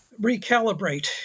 recalibrate